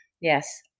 Yes